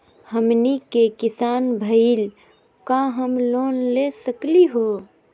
हमनी के किसान भईल, का हम लोन ले सकली हो?